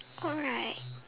alright